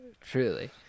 truly